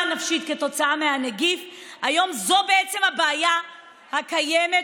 הנפשית כתוצאה מהנגיף ועל הבעיה שקיימת,